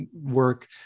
work